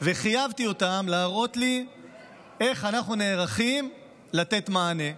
וחייבתי אותם להראות לי איך אנחנו נערכים לתת מענה.